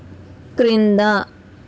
క్రింద